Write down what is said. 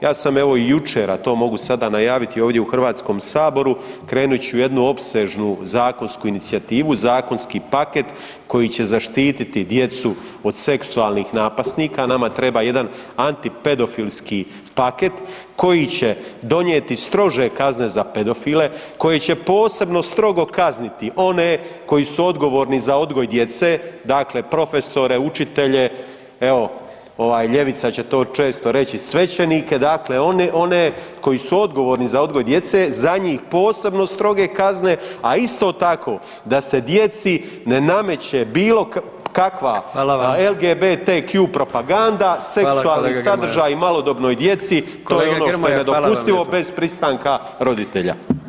Ja sam, evo i jučer, a to mogu sada najaviti ovdje u HS-u, krenut ću u jednu opsežnu zakonsku inicijativu, zakonski paket koji će zaštiti djecu od seksualnih napasnika, nama treba jedan antipedofilski paket koji će donijeti strože kazne za pedofile, koji će posebno strogo kazniti one koji su odgovorni za odgoj djece, dakle profesore, učitelje, evo, ovaj, ljevica će to često reći, svećenike, dakle one koji su odgovorni za odgoj djece, za njih posebno stroge kazne, a isto tako, da se djeci ne nameće bilo kakva [[Upadica: Hvala vam.]] LGBTQ propaganda, seksualni sadržaji [[Upadica: Hvala kolega Grmoja.]] malodobnoj djeci, to što je [[Upadica: Kolega Grmoja, hvala vam lijepa.]] nedopustivo bez pristanka roditelja.